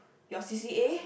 your c_c_a